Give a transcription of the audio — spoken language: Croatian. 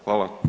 Hvala.